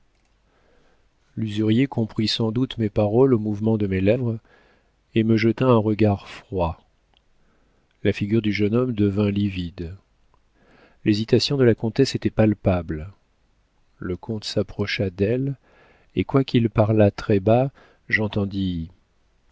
l'usurier comprit sans doute mes paroles au mouvement de mes lèvres et me jeta un regard froid la figure du jeune homme devint livide l'hésitation de la comtesse était palpable le comte s'approcha d'elle et quoiqu'il parlât très bas j'entendis